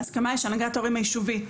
ההסכמה היא שהנהגת ההורים היישובית,